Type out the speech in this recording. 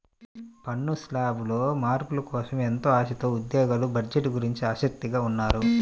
పన్ను శ్లాబుల్లో మార్పుల కోసం ఎంతో ఆశతో ఉద్యోగులు బడ్జెట్ గురించి ఆసక్తిగా ఉన్నారు